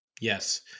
yes